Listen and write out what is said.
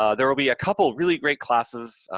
um there will be a couple really great classes,